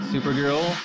Supergirl